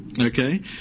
Okay